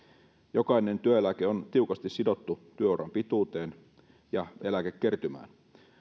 jokainen työeläke on tiukasti sidottu työuran pituuteen ja eläkekertymään